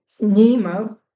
Nemo